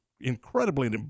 incredibly